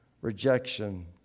rejection